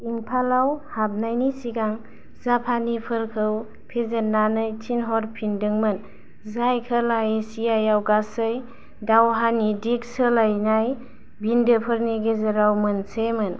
इम्फालआव हाबनायनि सिगां जापानिसफोरखौ फेजेननानै थिनहरफिनदोंमोन जाय खोला एसियायाव गासै दावहानि दिग सोलायनाय बिन्दोफोरनि गेजेराव मोनसे मोन